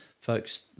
folks